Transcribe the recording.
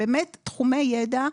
באמת תחומי ידע,